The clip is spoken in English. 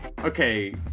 Okay